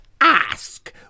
ask